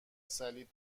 صلیب